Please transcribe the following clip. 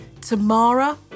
Tamara